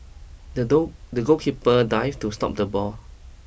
the door the goalkeeper dived to stop the ball